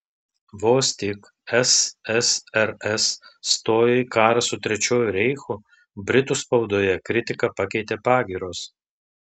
vos tik ssrs stojo į karą su trečiuoju reichu britų spaudoje kritiką pakeitė pagyros